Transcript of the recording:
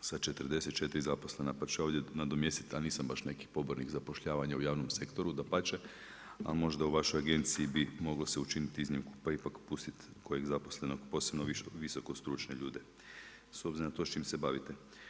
sa 44 zaposlena, pa ću ja ovdje nadomjestiti a nisam baš neki pobornik zapošljavanja u javnom sektoru, dapače, ali možda u vašoj agenciji bi moglo se učiniti iznimku pa ipak pustiti kojeg zaposlenog, posebno visoko stručne ljude s obzirom na to čim se bavite.